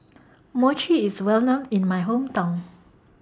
Mochi IS Well known in My Hometown